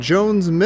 Jones